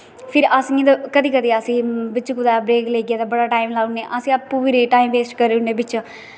फिर अस नीं कदैं कदैं अस बिच्च कुदै ब्रेक लेइयै बड़ा टाईम लाई ओड़ने अस आपूं बी टाईम बेस्ट करी ओड़ने बिच्च